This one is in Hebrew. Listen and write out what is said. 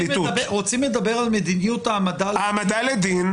רוצים לדבר על מדיניות העמדה לדין --- העמדה לדין.